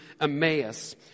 Emmaus